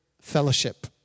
fellowship